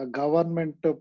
government